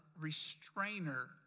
restrainer